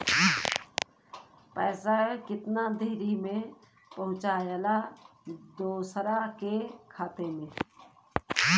पैसा कितना देरी मे पहुंचयला दोसरा के खाता मे?